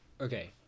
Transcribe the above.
Okay